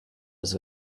his